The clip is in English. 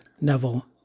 Neville